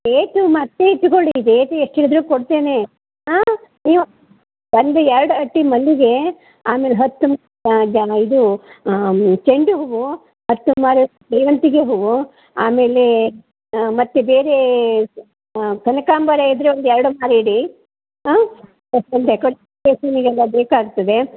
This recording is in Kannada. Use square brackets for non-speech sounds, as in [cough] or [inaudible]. ರೇಟು ಮತ್ತೆ ಇಟ್ಕೊಳ್ಳಿ ರೇಟ್ ಎಷ್ಟಿದ್ದರು ಕೊಡ್ತೇನೆ ಹಾಂ ನೀವು ಒಂದು ಎರ್ಡು ಅಟ್ಟಿ ಮಲ್ಲಿಗೆ ಆಮೇಲೆ ಹತ್ತು [unintelligible] ಇದೂ ಚೆಂಡು ಹೂವು ಹತ್ತು ಮಾರು ಸೇವಂತಿಗೆ ಹೂವು ಆಮೇಲೆ ಮತ್ತೆ ಬೇರೆ ಕನಕಾಂಬರ ಇದ್ದರೆ ಒಂದು ಎರ್ಡು ಮಾರು ಇಡಿ ಹಾಂ [unintelligible] ಡೆಕೋರೇಶನಿಗೆಲ್ಲ ಬೇಕಾಗ್ತದೆ